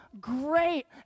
great